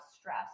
stress